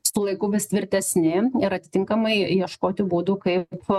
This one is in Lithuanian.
su laiku vis tvirtesni ir atitinkamai ieškoti būdų kaip